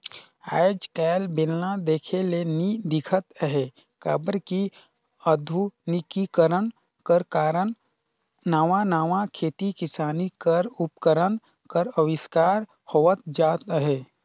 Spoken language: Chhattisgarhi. आएज काएल बेलना देखे ले नी दिखत अहे काबर कि अधुनिकीकरन कर कारन नावा नावा खेती किसानी कर उपकरन कर अबिस्कार होवत जात अहे